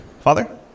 Father